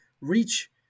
reach